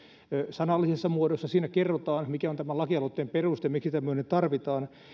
sanallisessa muodossa siinä kerrotaan mikä on tämän lakialoitteen peruste miksi tämmöinen tarvitaan